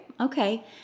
okay